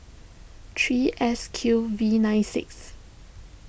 three S Q V nine six